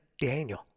Daniel